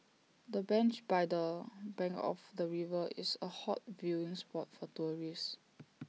the bench by the bank of the river is A hot viewing spot for tourists